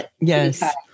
yes